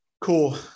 Cool